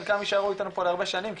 חלקם יישארו איתנו פה להרבה שנים,